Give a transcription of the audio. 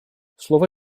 слово